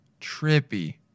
trippy